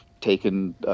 taken